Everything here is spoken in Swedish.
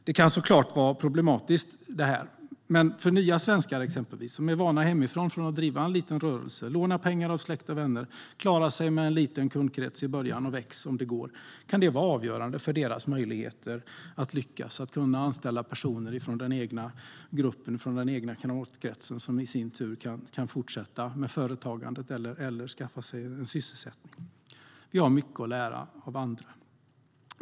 Det kan såklart vara problematiskt, men för nya svenskar med vana hemifrån att driva en liten rörelse, låna pengar av släkt och vänner, klara sig med en liten kundkrets i början och växa om det går kan det här vara avgörande för deras möjligheter att lyckas och anställa personer från den egna gruppen, den egna kamratkretsen, som i sin tur kan fortsätta med företagandet eller skaffa sig en sysselsättning. Vi har mycket att lära av andra.